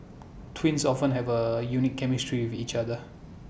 twins often have A unique chemistry with each other